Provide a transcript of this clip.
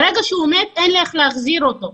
ברגע שהוא מת אין לי איך להחזיר אותו.